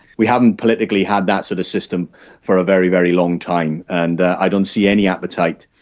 we haven't politically had that sort of system for a very, very long time, and i don't see any appetite,